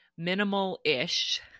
minimal-ish